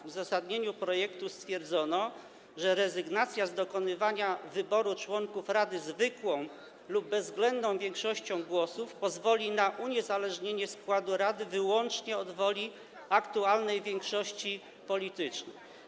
W uzasadnieniu projektu stwierdzono, że rezygnacja z dokonywania wyboru członków rady zwykłą lub bezwzględną większością głosów pozwoli na uniezależnienie składu rady wyłącznie od woli aktualnej większości politycznej.